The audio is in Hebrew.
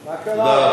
מה קרה,